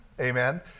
Amen